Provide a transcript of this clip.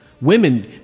Women